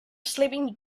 sleeping